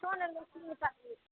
किछु नहि तीनटा बेटी